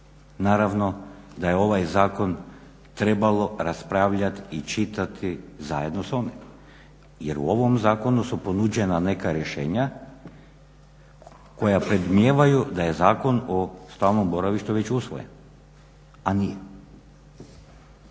naravno da je ovaj zakon trebalo raspravljati i čitati zajedno s onim. Jer u ovom zakonu su ponuđena neka rješenja koja predmnijevaju da je Zakon o stalnom boravištu već usvojen, a nije.